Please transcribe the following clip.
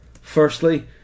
firstly